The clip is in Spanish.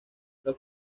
los